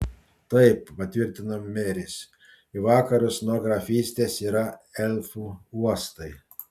taip patvirtino meris į vakarus nuo grafystės yra elfų uostai